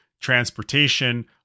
transportation